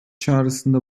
çağrısında